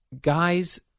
Guys